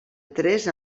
tres